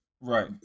Right